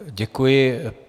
Děkuji.